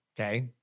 okay